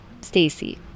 Stacy